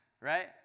right